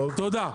תודה.